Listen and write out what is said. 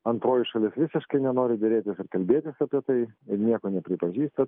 antroji šalis visiškai nenori derėtis ir kalbėtis apie tai ir nieko nepripažįsta